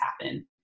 happen